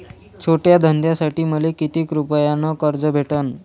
छोट्या धंद्यासाठी मले कितीक रुपयानं कर्ज भेटन?